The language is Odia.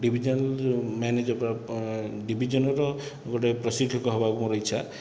ଡିଭିଜନ ମ୍ୟାନେଜର ଡିଭିଜନର ଗୋଟିଏ ପ୍ରଶିକ୍ଷିକ ହେବାକୁ ମୋର ଇଛା